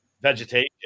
vegetation